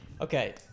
Okay